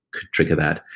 could trigger that.